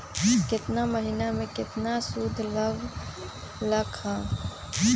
केतना महीना में कितना शुध लग लक ह?